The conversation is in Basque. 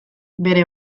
bere